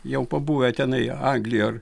jau pabuvę tenai anglijoj